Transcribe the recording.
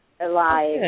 Alive